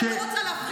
כי אני לא רוצה להגיב.